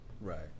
Right